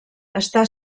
està